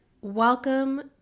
welcome